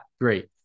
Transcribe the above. great